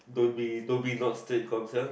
don't be don't be not straight Guang-Xiang